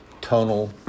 tonal